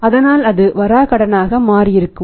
அதனால் அது வராகடனாக மாறிஇருக்கலாம்